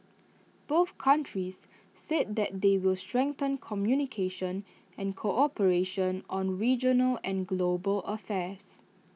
both countries said that they will strengthen communication and cooperation on regional and global affairs